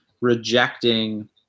rejecting